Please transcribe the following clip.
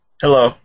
Hello